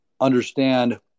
understand